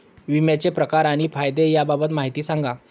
विम्याचे प्रकार आणि फायदे याबाबत माहिती सांगा